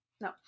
No